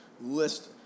list